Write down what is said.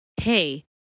hey